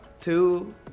two